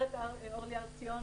-- את הגברת אורלי הר ציון,